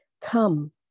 Come